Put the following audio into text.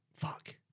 Fuck